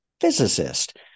physicist